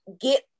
get